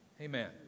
Amen